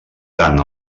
tant